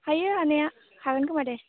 हायो हानाय हागोनखोमा दे